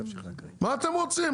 מה אתם רוצים?